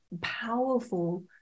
powerful